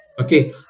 Okay